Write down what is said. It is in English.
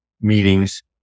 meetings